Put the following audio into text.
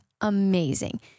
amazing